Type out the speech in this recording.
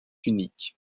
unique